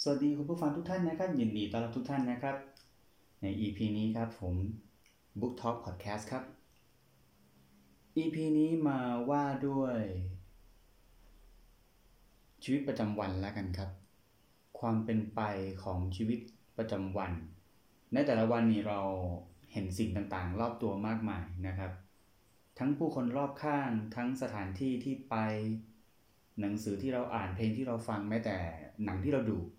สวัสดีคุณผู้ฟังทุกท่านนะครับ ยินดีต้อนรับทุกท่านนะครับ ใน EP นี้ครับ ผม Book Talk Podcast ครับ EP นี้มาว่าด้วยชีวิตประจำวันละกันครับ ความเป็นไปของชีวิตประจำวันในแต่ละวันนี่เราเห็นสิ่งต่างๆรอบตัวมากมายนะครับ ทั้งผู้คนรอบข้าง ทั้งสถานที่ที่ไป หนังสือที่เราอ่าน เพลงที่เราฟัง แม้แต่หนังที่เราดู